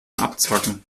abzwacken